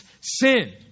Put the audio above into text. sin